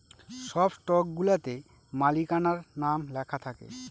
সব স্টকগুলাতে মালিকানার নাম লেখা থাকে